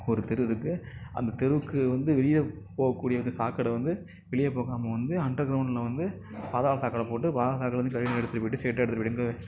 ஒரு தெருவில் இருக்குது அந்தத் தெருவுக்கு வந்து வெளியே போகக்கூடிய அந்த சாக்கடை வந்து வெளியே போகாமல் வந்து அண்டர் க்ரவுண்ட்டில் வந்து பாதாள சாக்கடை போட்டு பாதாள சாக்கடைலிருந்து கழிவு நீரை எடுத்துகிட்டு போயிட்டு ஸ்ட்ரைட்டாக எடுத்துகிட்டு போயிட்டு எங்கே